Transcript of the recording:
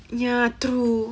ya true